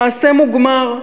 למעשה מוגמר,